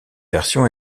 version